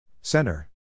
Center